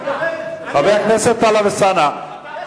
חבר הכנסת טלב אלסאנע,